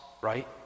right